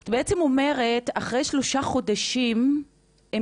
את בעצם אומרת שאחרי שלושה חודשים הם